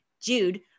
Jude